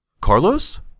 Carlos